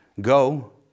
Go